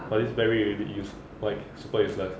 but this barry really use~ like super useless